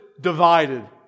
divided